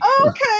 okay